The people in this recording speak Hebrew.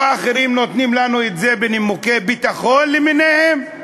או האחרים נותנים לנו את זה בנימוקי ביטחון למיניהם,